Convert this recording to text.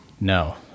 No